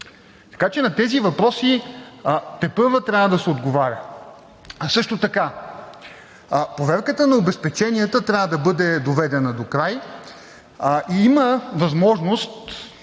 Така че на тези въпроси тепърва трябва да се отговаря. Също така проверката на обезпеченията трябва да бъде доведена докрай. Има възможност